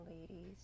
ladies